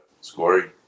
scoring